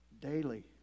daily